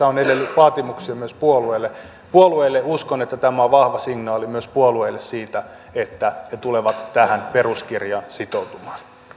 on edelleen vaatimuksia myös puolueille niin uskon että tämä on vahva signaali myös puolueille siitä että ne tulevat tähän peruskirjaan sitoutumaan